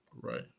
right